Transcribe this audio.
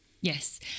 Yes